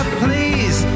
please